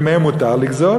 ומהן מותר לגזול?